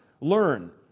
learn